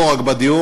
לא רק בדיור,